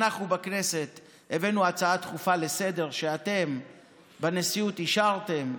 אנחנו בכנסת הבאנו הצעה דחופה לסדר-היום ואתם בנשיאות אישרתם,